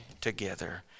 together